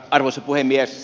arvoisa puhemies